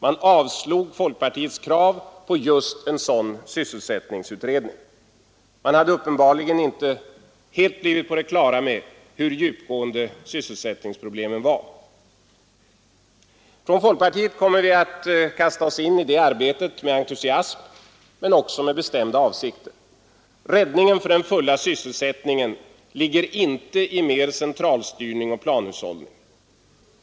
Man avslog folkpartiets krav på just en sådan sysselsättningsutredning. Man hade uppenbarligen inte helt blivit på det klara med hur djupgående sysselsättningsproblemen var. Från folkpartiet kommer vi att kasta oss in i det arbetet med entusiasm men också med bestämda avsikter. Räddningen för den fulla sysselsättningen ligger inte i mer centralstyrning och planhushållning.